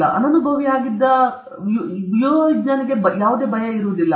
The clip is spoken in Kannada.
ಆದ್ದರಿಂದ ಅನನುಭವಿಯಾಗಿದ್ದ ಯುವ ವಿಜ್ಞಾನಿಗೆ ಭಯವಿಲ್ಲ